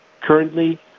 currently